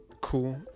cool